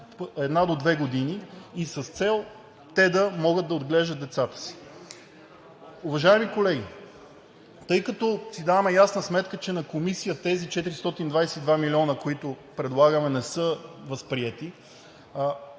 една до две години и с цел те да могат да отглеждат децата си. Уважаеми колеги, тъй като си даваме ясна сметка, че на Комисията тези 422 милиона, които предлагаме, не са възприети,